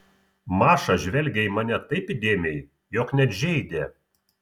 maša žvelgė į mane taip įdėmiai jog net žeidė